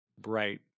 bright